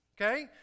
Okay